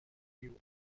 you